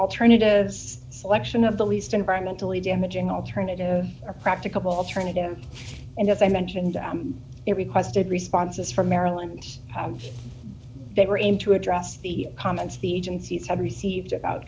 alternatives selection of the least environmentally damaging alternative or practicable alternative and as i mentioned it requested responses from maryland they were aimed to address the comments the agencies have received about